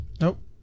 Nope